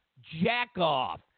jack-off